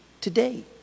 today